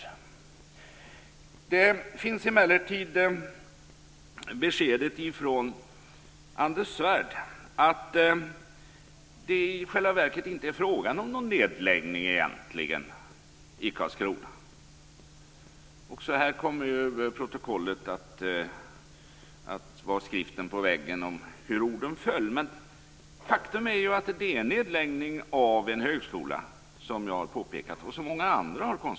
Anders Svärd har emellertid givit beskedet att det egentligen inte är fråga om någon nedläggning i Karlskrona. Också här kommer protokollet att vara skriften på väggen om hur orden föll. Men faktum är att det är fråga om en nedläggning av en högskola. Det har jag påpekat, och det har många andra konstaterat.